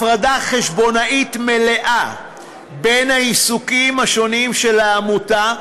הפרדה חשבונאית מלאה בין העיסוקים השונים של העמותה,